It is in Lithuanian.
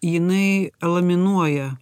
jinai laminuoja